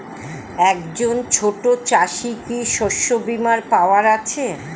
একজন ছোট চাষি কি শস্যবিমার পাওয়ার আছে?